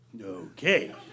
Okay